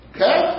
Okay